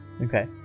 Okay